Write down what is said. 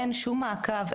אין שום מעקב,